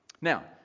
Now